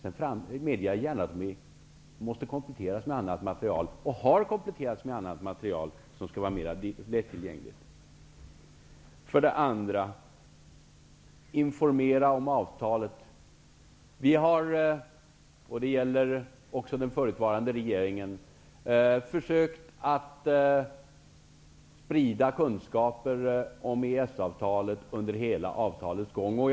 Jag medger gärna att de måste kompletteras med annat material, och har kompletterats med annat material, som skall vara mer lättillgängligt. För det andra talar hon om att man borde ha informerat om avtalet. Vi har, och det gäller även den förutvarande regeringen, försökt att sprida kunskap om EES-avtalet under hela avtalsförhandlingens gång.